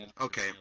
Okay